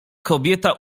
kobieta